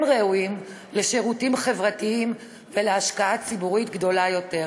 הם ראויים לשירותים חברתיים ולהשקעה ציבורית גדולה יותר.